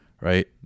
right